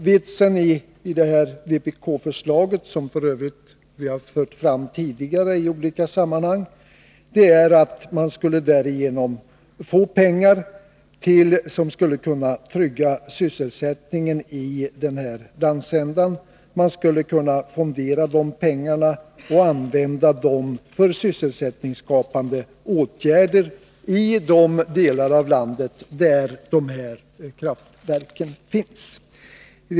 Vitsen med detta vpk-förslag, som vi f. ö. har fört fram tidigare iolika sammanhang, är att man genom denna överföring skulle få pengar som skulle kunna trygga sysselsättningen i den här landsändan. Man skulle kunna fondera de pengarna och använda dem till sysselsättningsskapande åtgärder i de delar av landet där kraftverken finns.